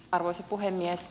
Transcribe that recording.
arvoisa puhemies